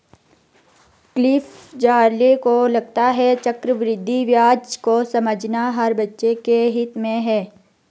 Cliff Zale को लगता है चक्रवृद्धि ब्याज को समझना हर बच्चे के हित में है